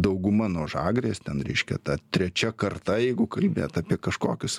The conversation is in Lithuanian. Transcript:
dauguma nuo žagrės ten reiškia ta trečia karta jeigu kalbėt apie kažkokius